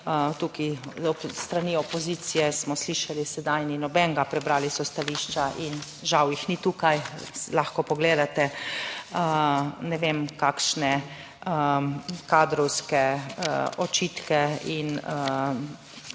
Tukaj s strani opozicije smo slišali, sedaj ni nobenega, prebrali so stališča in žal jih ni tukaj, lahko pogledate, ne vem kakšne kadrovske očitke in